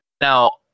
Now